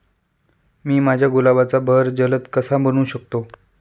मी माझ्या गुलाबाचा बहर जलद कसा बनवू शकतो?